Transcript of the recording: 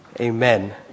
Amen